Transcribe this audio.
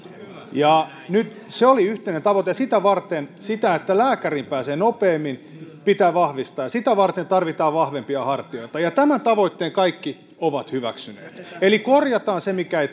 se oli yhteinen tavoite sitä varten sitä että lääkäriin pääsee nopeammin pitää vahvistaa ja sitä varten tarvitaan vahvempia hartioita tämän tavoitteen kaikki ovat hyväksyneet eli korjataan se mikä ei